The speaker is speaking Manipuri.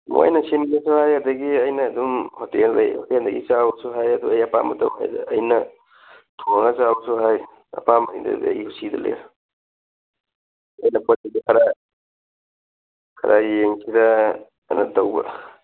ꯃꯣꯏꯅ ꯁꯤꯟꯕꯁꯨ ꯌꯥꯏ ꯑꯗꯒꯤ ꯑꯩꯅ ꯑꯗꯨꯝ ꯍꯣꯇꯦꯜ ꯂꯩ ꯍꯣꯇꯦꯜꯗꯒꯤ ꯆꯥꯎꯋꯣꯁꯨ ꯍꯥꯏ ꯑꯗꯨ ꯑꯩ ꯑꯄꯥꯝꯕ ꯇꯧ ꯍꯥꯏꯗ ꯑꯩꯅ ꯊꯣꯡꯉ ꯆꯥꯎꯋꯣꯁꯨ ꯍꯥꯏ ꯑꯄꯥꯝꯕꯅꯤꯗ ꯑꯗꯨꯗꯤ ꯑꯩꯒꯤ ꯀꯨꯁꯤꯗ ꯂꯩꯔꯦ ꯑꯩꯅ ꯄꯣꯠ ꯆꯩꯗꯣ ꯈꯔ ꯈꯔ ꯌꯦꯡꯁꯤꯔ ꯍꯥꯏꯅ ꯇꯧꯕ